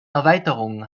erweiterungen